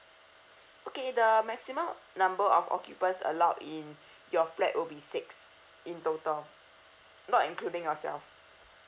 okay the maximum number of occupants allowed in your flat will be six in total not including yourself